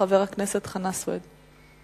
חבר הכנסת חנא סוייד.